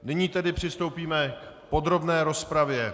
Nyní tedy přistoupíme k podrobné rozpravě.